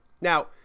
Now